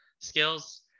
skills